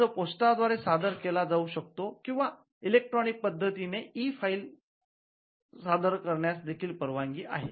अर्ज पोस्टद्वारे कार्यालयात सादर केला जाऊ शकतो किंवा इलेक्ट्रॉनिक पद्धतीने ई फाइल संगणकीय नस्ती सादर करण्यास देखील परवानगी आहे